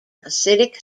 acidic